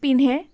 পিন্ধে